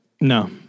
no